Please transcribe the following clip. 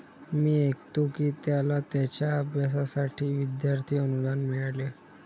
मी ऐकतो की त्याला त्याच्या अभ्यासासाठी विद्यार्थी अनुदान मिळाले